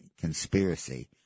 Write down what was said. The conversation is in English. conspiracy